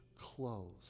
clothes